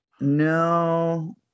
no